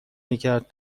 میکرد